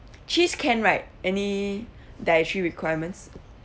cheese can right any dietary requirements